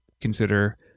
consider